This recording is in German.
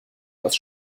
was